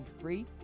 free